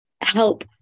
help